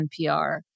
NPR